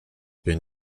been